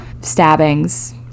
stabbings